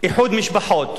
איחוד משפחות.